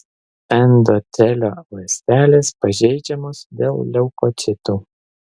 endotelio ląstelės pažeidžiamos dėl leukocitų